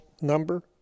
number